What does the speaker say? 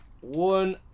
One